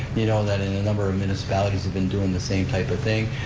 you know that any number of municipalities have been doing the same type of thing.